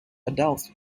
adults